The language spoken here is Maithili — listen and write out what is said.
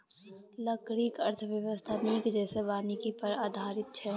लकड़ीक अर्थव्यवस्था नीक जेंका वानिकी पर आधारित छै